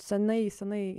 senai senai